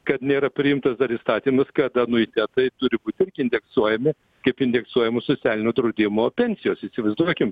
kad nėra priimtas dar įstatymas kad anuitetai turi būt irgi indeksuojami kaip indeksuojamos socialinio draudimo pensijos įsivaizduokim